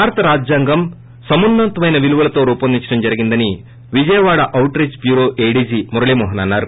భారత రాజ్యాంగం సమున్నతమైన విలువలతో రూపొందించడం జరిగిందని Vijayawada outreach bureau ADG Murali Mohan అన్నారు